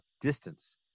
distance